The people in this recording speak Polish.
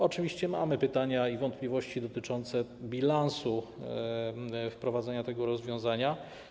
Oczywiście mamy pytania i wątpliwości dotyczące bilansu wprowadzenia tego rozwiązania.